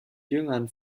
jüngern